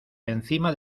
encima